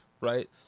right